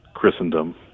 Christendom